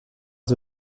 des